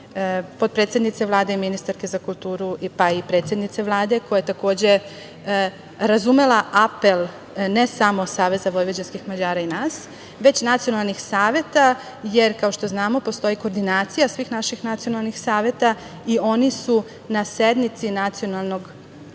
potpredsednice Vlade i ministarke za kulturu, pa i predsednice Vlade koja je takođe razumela apel, ne samo SVM i nas, već nacionalnih saveta, jer kao što znamo postoji koordinacija svih naših nacionalnih saveta i oni su na sednici nacionalnog